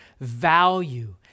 value